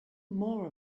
more